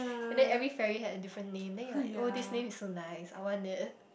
and then every fairy had a different name then you are like oh this name is so nice I want it